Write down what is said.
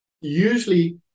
usually